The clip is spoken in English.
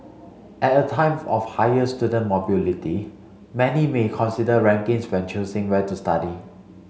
at a time of higher student mobility many may consider rankings when choosing where to study